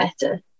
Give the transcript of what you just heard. better